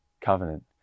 covenant